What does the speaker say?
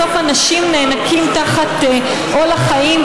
ובסוף אנשים נאנקים תחת עול החיים,